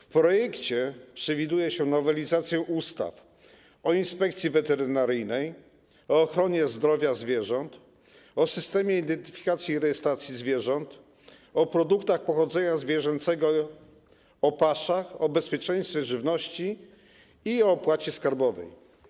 W projekcie przewiduje się nowelizację ustaw o Inspekcji Weterynaryjnej, o ochronie zdrowia zwierząt, o systemie identyfikacji i rejestracji zwierząt, o produktach pochodzenia zwierzęcego, o paszach, o bezpieczeństwie żywności i o opłacie skarbowej.